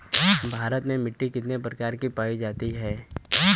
भारत में मिट्टी कितने प्रकार की पाई जाती हैं?